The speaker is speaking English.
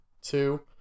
two